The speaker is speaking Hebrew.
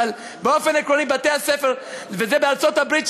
וזה בארצות-הברית,